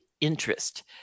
interest